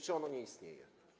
Czy ono nie istnieje?